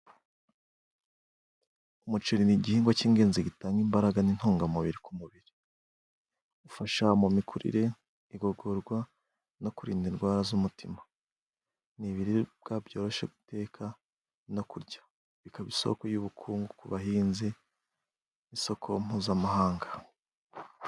Umuceri ni igihingwa cy'ingenzi gitanga imbaraga n'intungamubiri ku mubiri ,ufasha mu mikurire, igogorwa no kurinda indwara z'umutima, ni ibiribwa byoroshe guteka no kurya ,bikaba isoko y'ubukungu ku bahinzi n'isoko mpuzamahanga.